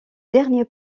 dernier